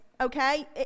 okay